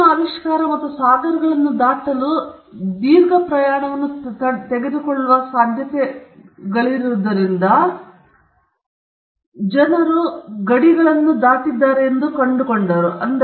ಉಕ್ಕಿನ ಆವಿಷ್ಕಾರ ಮತ್ತು ಸಾಗರಗಳನ್ನು ದಾಟಲು ನಮ್ಮ ಸಾಮರ್ಥ್ಯವು ದೀರ್ಘ ಪ್ರಯಾಣವನ್ನು ತಡೆದುಕೊಳ್ಳುವ ಸಾಧ್ಯತೆಗಳಿರುವುದರಿಂದ ಜನರು ಇತಿಹಾಸದಲ್ಲಿ ಗಡಿಯಾರಕ್ಕಿಂತಲೂ ಹೆಚ್ಚಿನ ವೇಗದಲ್ಲಿ ಪರಸ್ಪರ ಭೇಟಿಯಾಗುತ್ತಿದ್ದಾರೆ ಅಥವಾ ಗಡಿಗಳನ್ನು ದಾಟಿದ್ದಾರೆ ಎಂದು ನಾವು ಕಂಡುಕೊಂಡಿದ್ದೇವೆ